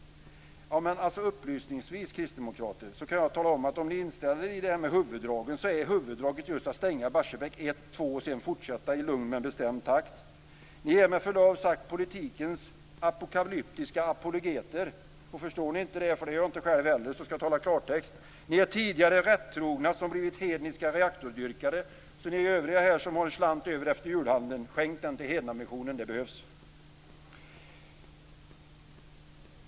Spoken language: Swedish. Upplysningsvis, kristdemokrater, kan jag tala om att om ni instämmer i huvuddragen är huvuddraget just att stänga Barsebäck 1 och 2 och sedan fortsätta i lugn och bestämd takt. Ni är med förlov sagt politikens apokalyptiska apologeter. Förstår ni inte det, för det gör inte jag heller, skall jag tala klartext. Ni är tidigare rättrogna som blivit hedniska reaktordyrkare. Så ni övriga här som har en slant över efter julhandeln, skänk den till hednamissionen, det behövs.